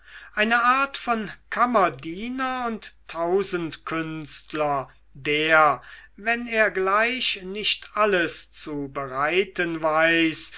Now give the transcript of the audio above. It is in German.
eine art von kammerdiener und tausendkünstler der wenn er gleich nicht alles zu bereiten weiß